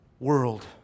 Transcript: world